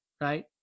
Right